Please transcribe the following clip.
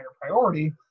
priority